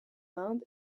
inde